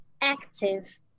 active